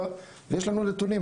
7. יש לנו נתונים,